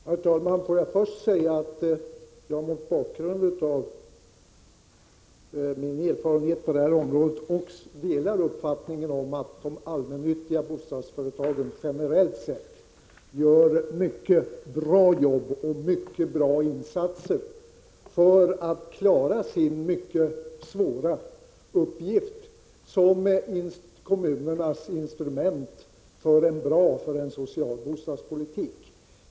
Herr talman! Får jag först säga att jag mot bakgrund av min erfarenhet på området delar uppfattningen att de allmännyttiga bostadsföretagen generellt sett gör mycket bra insatser för att klara sin mycket svåra uppgift som kommunernas instrument för att vi skall få en bra bostadspolitik.